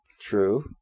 True